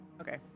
Okay